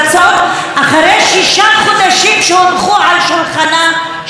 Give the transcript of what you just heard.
שישה חודשים אחרי שהונחו על שולחנה של הממשלה,